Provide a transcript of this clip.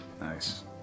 Nice